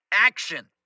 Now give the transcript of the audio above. Action